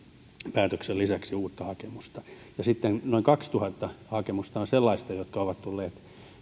päätöksen lisäksi uuden hakemuksen ja sitten noin kaksituhatta hakemusta ovat sellaisia jotka ovat tulleet